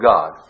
God